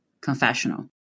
confessional